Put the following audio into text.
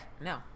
no